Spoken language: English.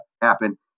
happen